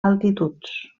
altituds